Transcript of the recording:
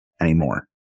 anymore